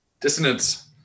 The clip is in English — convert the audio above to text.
dissonance